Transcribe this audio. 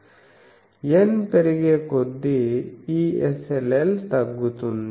N పెరుగే కొద్దీ ఈ SLL తగ్గుతుంది